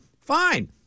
Fine